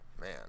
man